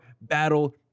battle